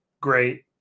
great